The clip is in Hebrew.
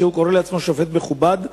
והוא קורא לעצמו שופט מכובד,